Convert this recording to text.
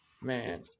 Man